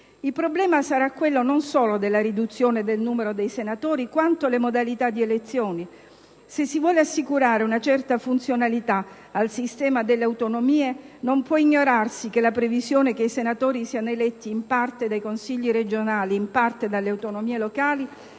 Il problema non sarà solo quello della riduzione del numero dei senatori, quanto le modalità di elezione. Se si vuole assicurare una certa funzionalità al sistema delle autonomie non può ignorarsi la previsione che i senatori siano eletti in parte dai consigli regionali e in parte delle autonomie locali,